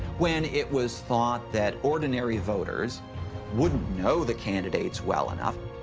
when it was thought that ordinary voters wouldn't know the candidates well enough.